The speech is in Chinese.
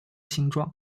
形状